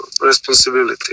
responsibility